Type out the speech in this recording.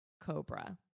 cobra